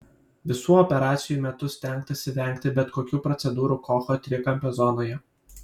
visų operacijų metu stengtasi vengti bet kokių procedūrų kocho trikampio zonoje